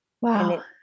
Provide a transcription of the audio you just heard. Wow